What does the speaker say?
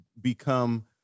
become